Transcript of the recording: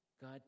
God